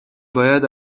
باید